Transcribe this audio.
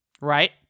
Right